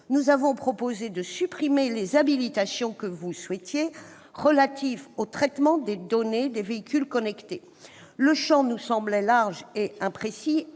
nous avons proposé de supprimer les habilitations que vous souhaitiez relatives aux traitements de données des « véhicules connectés ». Le champ nous paraissait large et imprécis,